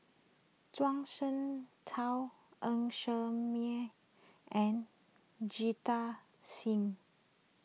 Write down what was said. Zhuang Shengtao Ng Ser Miang and Jita Singh